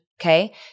Okay